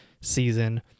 season